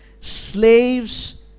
slaves